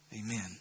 Amen